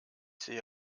sehe